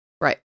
Right